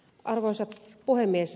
arvoisa puhemies